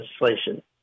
legislation